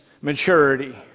maturity